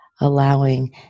allowing